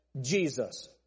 Jesus